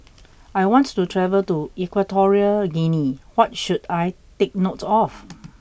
I want to travel to Equatorial Guinea what should I take note of